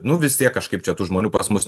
nu vis tiek kažkaip čia tų žmonių pas mus